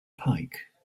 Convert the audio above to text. pike